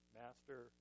master